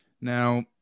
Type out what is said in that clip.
Now